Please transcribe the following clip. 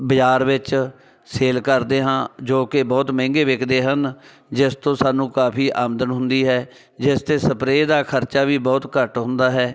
ਬਜ਼ਾਰ ਵਿੱਚ ਸੇਲ ਕਰਦੇ ਹਾਂ ਜੋ ਕਿ ਬਹੁਤ ਮਹਿੰਗੇ ਵਿਕਦੇ ਹਨ ਜਿਸ ਤੋਂ ਸਾਨੂੰ ਕਾਫੀ ਆਮਦਨ ਹੁੰਦੀ ਹੈ ਜਿਸ 'ਤੇ ਸਪਰੇਅ ਦਾ ਖਰਚਾ ਵੀ ਬਹੁਤ ਘੱਟ ਹੁੰਦਾ ਹੈ